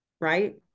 right